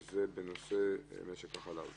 התשע"ח-2018, שזה בנושא משק החלב.